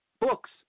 books